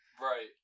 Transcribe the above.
Right